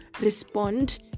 respond